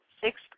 sixth